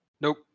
Nope